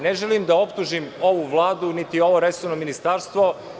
Ne želim da optužim ovu Vladu, niti ovo resorno ministarstvo.